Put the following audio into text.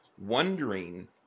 wondering